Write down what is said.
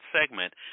segment